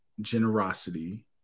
generosity